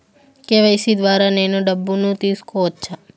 KYC ద్వారా నేను డబ్బును తీసుకోవచ్చా?